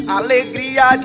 alegria